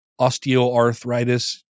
osteoarthritis